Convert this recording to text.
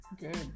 Good